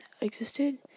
existed